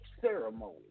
ceremony